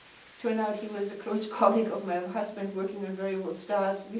turned out he was a close colleague of my husband, working on variable stars.